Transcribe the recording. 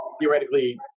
theoretically